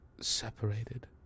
separated